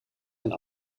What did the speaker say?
een